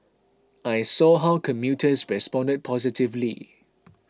I saw how commuters responded positively